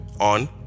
on